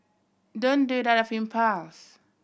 don't do out of impulse